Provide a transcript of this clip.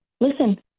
Listen